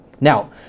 now